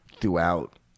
throughout